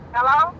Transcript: Hello